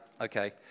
Okay